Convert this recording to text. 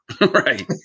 Right